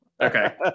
Okay